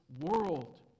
world